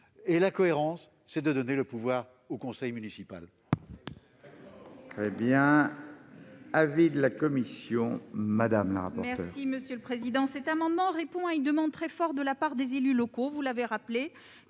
Et la cohérence, c'est de donner le pouvoir au conseil municipal.